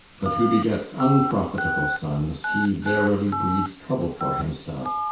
but who begets unprofitable sons, he verily breeds trouble for himself,